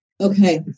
Okay